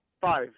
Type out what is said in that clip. Five